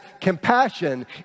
compassion